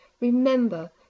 Remember